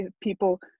people